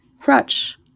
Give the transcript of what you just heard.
crutch